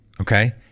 Okay